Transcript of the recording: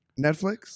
Netflix